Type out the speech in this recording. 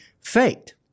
faked